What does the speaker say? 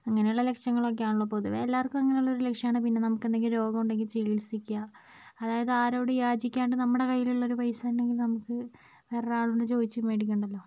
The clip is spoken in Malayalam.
അങ്ങനെയുള്ള ലക്ഷ്യങ്ങളൊക്കെയാണല്ലോ പൊതുവേ എല്ലാവർക്കും അങ്ങനെയുള്ളൊരു ലക്ഷ്യമാണ് പിന്നെ നമുക്കെന്തെങ്കിലും രോഗമുണ്ടെങ്കിൽ ചികിത്സിക്കുക അതായത് ആരോടും യാചിക്കാണ്ട് നമ്മുടെ കയ്യിലുള്ള ഒരു പൈസയുണ്ടെങ്കിൽ നമുക്ക് വേറൊരാളോട് ചോദിച്ച് മേടിക്കണ്ടല്ലോ